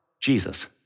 Jesus